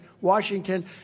Washington